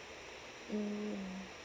mm